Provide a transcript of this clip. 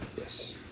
Yes